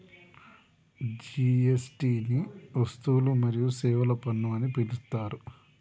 GST ని వస్తువులు మరియు సేవల పన్ను అని పిలుత్తారు